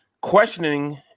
questioning